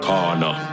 Corner